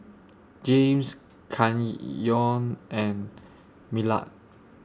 James Canyon and Millard